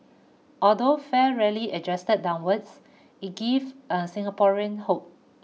although fare rarely adjusted downwards it give a Singaporean hope